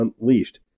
unleashed